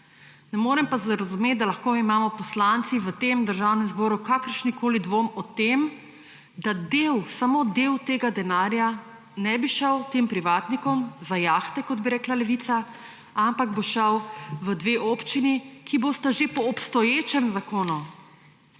Ne morem pa razumeti, da lahko imamo poslanci v tem državnem zboru kakršenkoli dvom o tem, da del, samo del tega denarja ne bi šel tem privatnikom za jahte, kot bi rekla Levica, ampak bo šel v dve občini, ki bosta že po obstoječem zakonu,